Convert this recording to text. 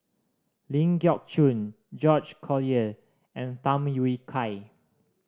Ling Geok Choon George Collyer and Tham Yui Kai